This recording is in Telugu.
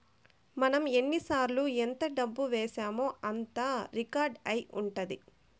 మనం ఎన్నిసార్లు ఎంత డబ్బు వేశామో అంతా రికార్డ్ అయి ఉంటది